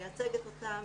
מייצגת אותם,